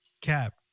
Cap